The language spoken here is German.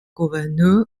gouverneur